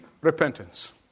repentance